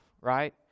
right